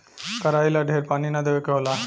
कराई ला ढेर पानी ना देवे के होला